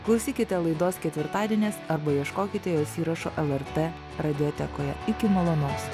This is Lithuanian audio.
klausykite laidos ketvirtadieniais arba ieškokite jos įrašo lrt radiotekoje iki malonaus